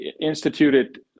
instituted